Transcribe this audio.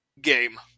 game